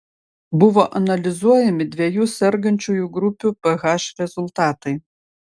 buvo analizuojami dviejų sergančiųjų grupių ph rezultatai